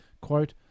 quote